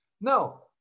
No